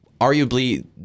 arguably